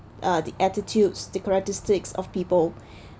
uh the attitudes the characteristics of people